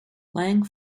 lang